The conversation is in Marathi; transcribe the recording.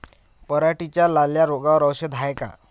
पराटीच्या लाल्या रोगावर औषध हाये का?